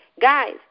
Guys